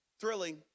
thrilling